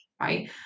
right